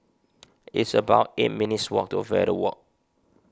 it's about eight minutes' walk to Verde Walk